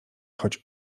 choć